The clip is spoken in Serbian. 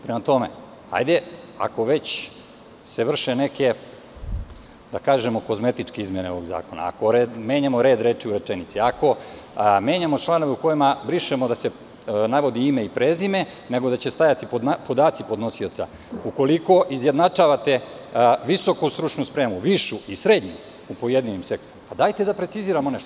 Prema tome, ako se već vrše neke, da kažemo, kozmetičke izmene ovog zakona, ako menjamo red reči u rečenici, ako menjamo članove u kojima brišemo da se navodi ime i prezime, nego da će stajati podaci podnosioca, ukoliko izjednačavate visoku stručnu spremu, višu i srednju u pojedinim sektorima, dajte da preciziramo nešto.